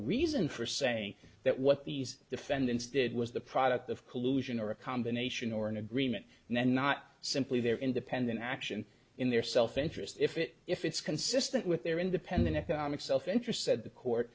reason for saying that what these defendants did was the product of collusion or a combination or an agreement and then not simply their independent action in their self interest if it if it's consistent with their independent economic self interest said the court